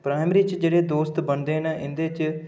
primary च जेह्ड़े दोस्त बनदे न इं'दे च